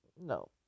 No